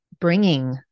bringing